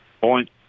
Point